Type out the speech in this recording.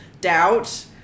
doubt